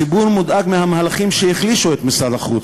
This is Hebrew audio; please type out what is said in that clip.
הציבור מודאג מהמהלכים שהחלישו את משרד החוץ.